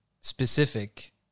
specific